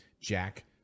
Jack